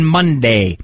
Monday